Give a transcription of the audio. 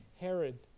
Herod